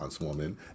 woman